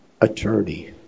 attorney